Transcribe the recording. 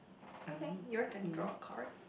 okay your turn draw a card